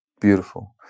Beautiful